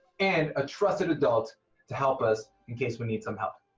and a trusted adult to help us in case we need some help.